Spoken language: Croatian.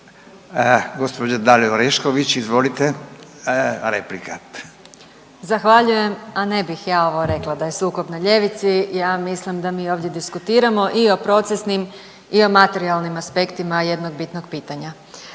s imenom i prezimenom)** Zahvaljujem. A ne bih ja ovo rekla da je sukob na ljevici. Ja mislim da mi ovdje diskutiramo i o procesnim i o materijalnim aspektima jednog bitnog pitanja.